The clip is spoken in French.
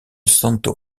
santo